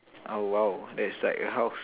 oh !wow! that's like a house